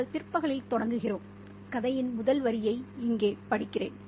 நாங்கள்பிற்பகலில் தொடங்குகிறோம் கதையின் முதல் வரியை இங்கே படிக்கிறேன்